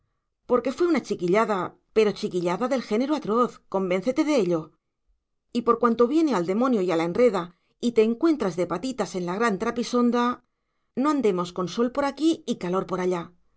pero qué quieres mujer te descuidaste un minuto incurriste en una chiquillada porque fue una chiquillada pero chiquillada del género atroz convéncete de ello y por cuanto viene el demonio y la enreda y te encuentras de patitas en la gran trapisonda no andemos con sol por aquí y calor por allá